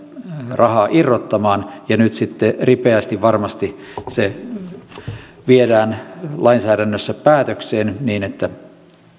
raha irrottamaan ja nyt se sitten ripeästi varmasti viedään lainsäädännössä päätökseen niin että